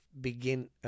begin